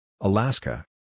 Alaska